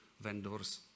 vendors